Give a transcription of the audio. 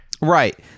Right